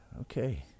Okay